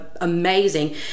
amazing